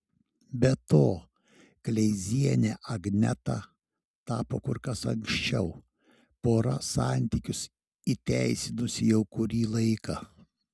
be to kleiziene agneta tapo kur kas anksčiau pora santykius įteisinusi jau kurį laiką